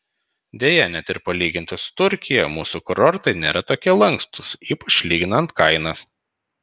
deja net ir palyginti su turkija mūsų kurortai nėra tokie lankstūs ypač lyginant kainas